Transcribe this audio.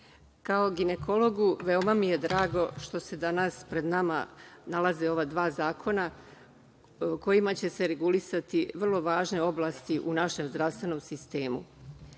ginekologu veoma mi je drago što se danas pred nama nalaze ova dva zakona kojima će se regulisati vrlo važne oblasti u našem zdravstvenom sistemu.